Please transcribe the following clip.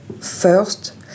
first